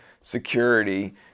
security